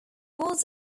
was